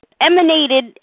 emanated